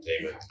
Amen